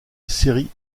série